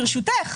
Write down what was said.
ברשותך.